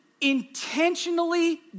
intentionally